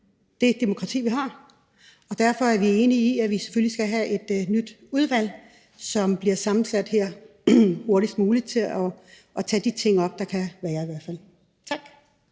vi det demokrati, vi har, og derfor er vi enige i, at vi selvfølgelig skal have et nyt udvalg, som bliver sammensat her hurtigst muligt, til at tage de ting op, der kan være. Tak.